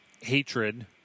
hatred